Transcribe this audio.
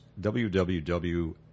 www